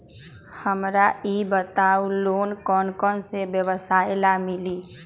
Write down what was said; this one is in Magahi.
हमरा ई बताऊ लोन कौन कौन व्यवसाय ला मिली?